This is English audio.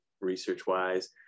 research-wise